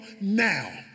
now